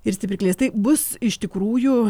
ir stiprikliais tai bus iš tikrųjų